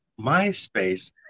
MySpace